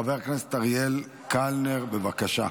חבר הכנסת אריאל קלנר, בבקשה.